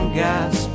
gas